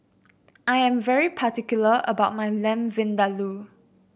I am very particular about my Lamb Vindaloo